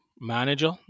manager